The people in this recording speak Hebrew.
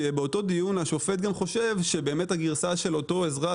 שבאותו דיון השופט חושב שהגרסה של אותו אזרח